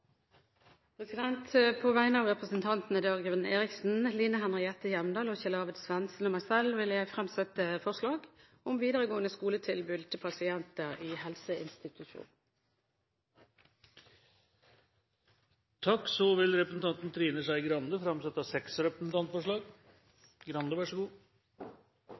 På vegne av representantene Dagrun Eriksen, Line Henriette Hjemdal, Kjell Arvid Svendsen og meg selv vil jeg framsette et representantforslag om videregående skoletilbud til pasienter i helseinstitusjon. Representanten Trine Skei Grande vil framsette seks representantforslag.